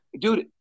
Dude